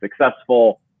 successful